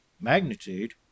magnitude